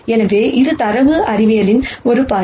எனவே இது data science ஒரு பார்வை